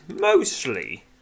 mostly